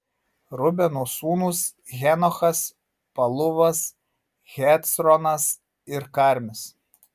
rubeno sūnūs henochas paluvas hecronas ir karmis